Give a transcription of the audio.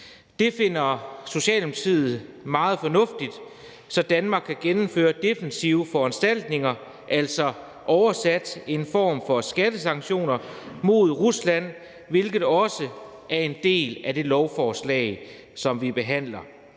Det finder Socialdemokratiet meget fornuftigt, for så kan Danmark gennemføre defensive foranstaltninger. Det vil oversat sige en form for skattesanktioner mod Rusland, hvilket også er en del af det lovforslag, som vi behandler.